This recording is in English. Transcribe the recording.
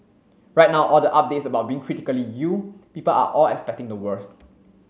right now all the updates about being critically ill people are all expecting the worse